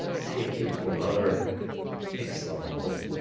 take you to another example.